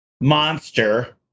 Monster